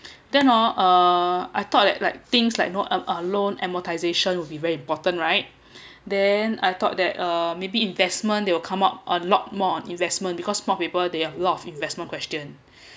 then oh uh I thought that like things like loan amortization will be very important right then I thought that uh maybe investment they will come up a lot more on investment because mock paper there have a lot of investment question